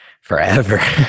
forever